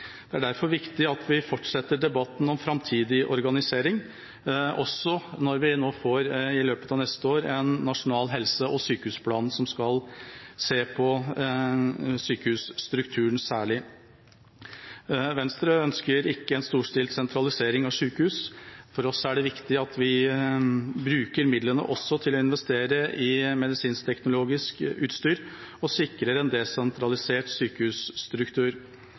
Det er derfor viktig at vi fortsetter debatten om framtidig organisering, også når vi i løpet av neste år får en nasjonal helse- og sjukehusplan som skal se på særlig sjukehusstrukturen. Venstre ønsker ikke en storstilt sentralisering av sjukehus, for oss er det viktig at vi bruker midlene også til å investere i medisinsk-teknologisk utstyr og sikrer en desentralisert